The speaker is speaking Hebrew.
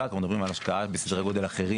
אנחנו מדברים על השקעה בסדרי גודל אחרים